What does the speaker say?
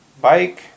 bike